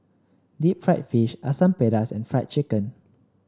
Deep Fried Fish Asam Pedas and Fried Chicken